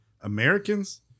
americans